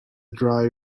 dry